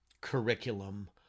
curriculum